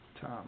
Tom